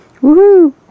Woohoo